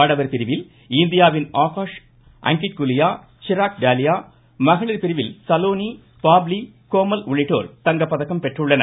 ஆடவர் பிரிவில் இந்தியாவின் ஆகாஷ் அங்கிட் குலியா ச்சிராக் டாலியா மகளிர் பிரிவில் சலோனி பாப்லி கோமல் உள்ளிட்டோர் தங்கப்பதக்கம் பெற்றுள்ளனர்